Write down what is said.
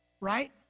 Right